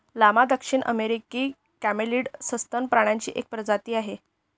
llama दक्षिण अमेरिकी camelid सस्तन प्राण्यांची एक प्रजाती आहे